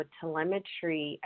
telemetry